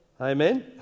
Amen